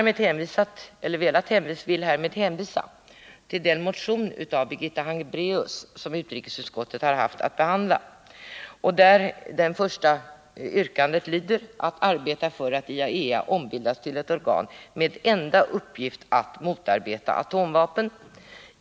Men jag vill härmed hänvisa till den motion av Birgitta Hambraeus som utrikesutskottet haft att behandla och där det första yrkandet går ut på att regeringen rekommenderar Sveriges FN-delegation ”att arbeta för att IAEA ombildas till ett organ med enda uppgift att motarbeta atomvapen”.